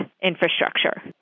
infrastructure